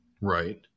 right